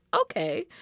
Okay